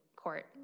court